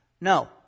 No